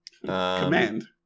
Command